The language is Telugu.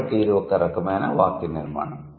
కాబట్టి ఇది ఒక రకమైన వాక్య నిర్మాణం